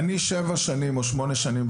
אני בתפקיד שבע או שמונה שנים,